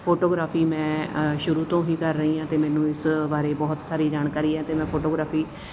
photography ਮੈਂ ਸ਼ੁਰੂ ਤੋਂ ਹੀ ਕਰ ਰਹੀ ਹਾਂ ਅਤੇ ਮੈਨੂੰ ਇਸ ਬਾਰੇ ਬਹੁਤ ਸਾਰੀ ਜਾਣਕਾਰੀ ਹੈ ਅਤੇ ਮੈਂ ਫੋਟੋਗ੍ਰਾਫੀ